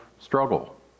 struggle